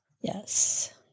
Yes